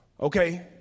Okay